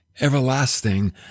everlasting